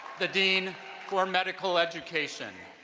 the dean for medical education.